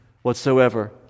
Whatsoever